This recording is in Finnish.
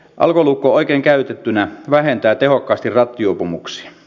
alkolukko oikein käytettynä vähentää tehokkaasti rattijuopumuksia